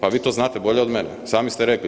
Pa vi to znate bolje od mene, sami ste rekli.